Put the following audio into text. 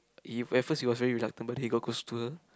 he at first he was very reluctant but he got close to her